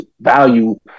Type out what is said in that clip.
value